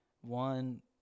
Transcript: One